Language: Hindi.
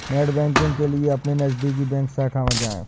नेटबैंकिंग के लिए अपने नजदीकी बैंक शाखा में जाए